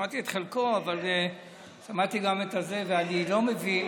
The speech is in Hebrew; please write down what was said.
שמעתי את חלקו, אבל שמעתי גם את זה, ואני לא מבין.